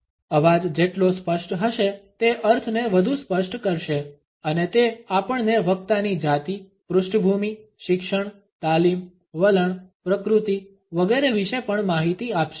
અવાજ જેટલો સ્પષ્ટ હશે તે અર્થને વધુ સ્પષ્ટ કરશે અને તે આપણને વક્તાની જાતિ પૃષ્ઠભૂમિ શિક્ષણ તાલીમ વલણ પ્રકૃતિ વગેરે વિશે પણ માહિતી આપશે